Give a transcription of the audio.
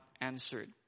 answered